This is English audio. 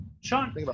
Sean